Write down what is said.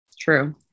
true